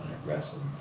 aggressive